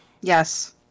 Yes